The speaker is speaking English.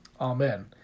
Amen